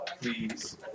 Please